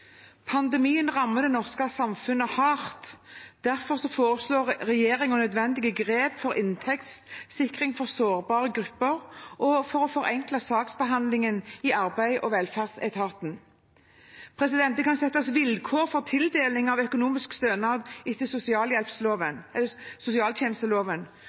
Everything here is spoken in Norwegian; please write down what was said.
Pandemien rammer det norske samfunnet hardt. Derfor foreslår regjeringen nødvendige grep for inntektssikring for sårbare grupper og for å forenkle saksbehandlingen i arbeids- og velferdsetaten. Det kan settes vilkår for tildeling av økonomisk stønad etter sosialtjenesteloven.